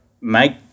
make